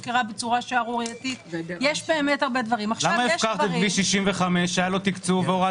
תשתיות לתחבורה ציבורית ומקומות שבאמת צריכים כבישים בשביל להגיע אליהם.